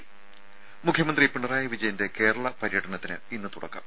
ത മുഖ്യമന്ത്രി പിണറായി വിജയന്റെ കേരള പര്യടനത്തിന് ഇന്ന് തുടക്കം